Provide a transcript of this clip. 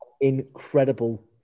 Incredible